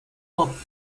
pop